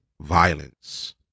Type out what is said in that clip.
violence